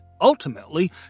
ultimately